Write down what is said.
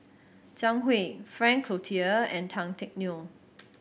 Zhang Hui Frank Cloutier and Tan Teck Neo